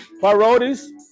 parodies